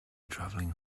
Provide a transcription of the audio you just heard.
travelling